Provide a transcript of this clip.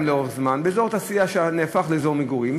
לאורך זמן באזור תעשייה שנהפך לאזור מגורים.